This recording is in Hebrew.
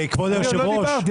אני כאן מהבוקר.